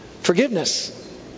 forgiveness